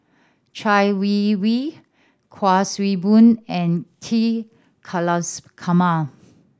Chai Yee Wei Kuik Swee Boon and T Kulasekaram